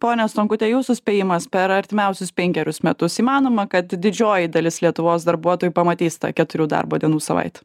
pone stonkute jūsų spėjimas per artimiausius penkerius metus įmanoma kad didžioji dalis lietuvos darbuotojų pamatys tą keturių darbo dienų savaitę